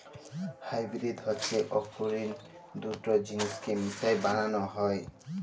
hybrid হছে অকুলীল দুট জিলিসকে মিশায় বালাল হ্যয়